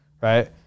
right